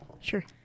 Sure